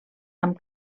amb